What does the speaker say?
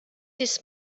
this